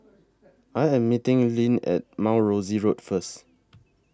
I Am meeting Lynne At Mount Rosie Road First